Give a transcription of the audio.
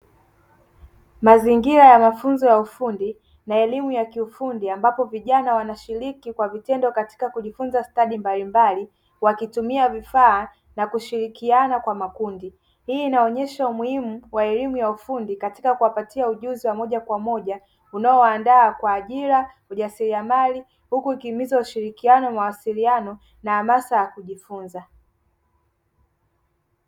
Mazingira ya mafunzo ya ufundi na elimu ya kiufundi ambapo vijana wanashiriki kwa vitendo katika kujifunza stadi mbalimbali wakitumia vifaa na kushirikiana kwa makundi, hii inaonyesha umuhimu wa elimu ya ufundi katika kuwapatia ujuzi wa moja kwa moja unaowaanda kwa ajira, ujasiriamali huku ikihimiza ushirikiano, mawasiliano na hamasa ya kujifunza.